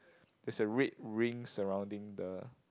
there's a red ring surrounding the